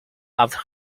after